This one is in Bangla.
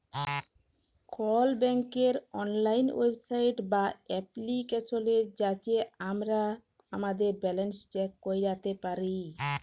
কল ব্যাংকের অললাইল ওয়েবসাইট বা এপ্লিকেশলে যাঁয়ে আমরা আমাদের ব্যাল্যাল্স চ্যাক ক্যইরতে পারি